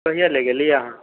कहिया ले गेल रहियै अहाँ